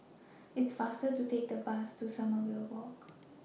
IT IS faster to Take The Bus to Sommerville Walk